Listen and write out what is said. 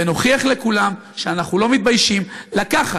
ונוכיח לכולם שאנחנו לא מתביישים לקחת,